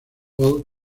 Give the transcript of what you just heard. hall